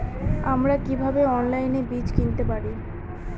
আমরা কীভাবে অনলাইনে বীজ কিনতে পারি?